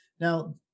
Now